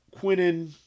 Quinnen